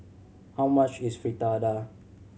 how much is Fritada